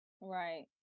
Right